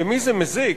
למי זה מזיק?